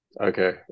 okay